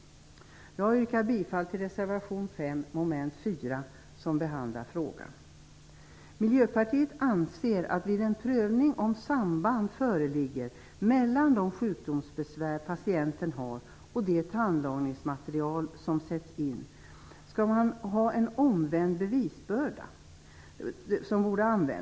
Jag yrkar bifall till reservation 5, mom. 4, som behandlar frågan. Miljöpartiet anser att man vid en prövning om samband föreligger mellan de sjukdomsbesvär som patienten har och det tandlagningsmaterial som sätts in skall ha en omvänd bevisbörda.